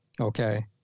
okay